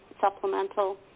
supplemental